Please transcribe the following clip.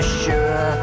sure